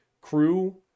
Crew-